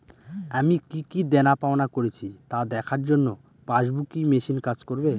আমি কি কি দেনাপাওনা করেছি তা দেখার জন্য পাসবুক ই মেশিন কাজ করবে?